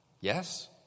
Yes